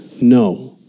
No